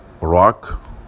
rock